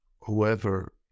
whoever